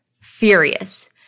furious